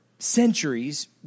centuries